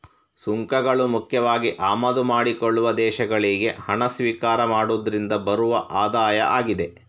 ಸುಂಕಗಳು ಮುಖ್ಯವಾಗಿ ಆಮದು ಮಾಡಿಕೊಳ್ಳುವ ದೇಶಗಳಿಗೆ ಹಣ ಸ್ವೀಕಾರ ಮಾಡುದ್ರಿಂದ ಬರುವ ಆದಾಯ ಆಗಿದೆ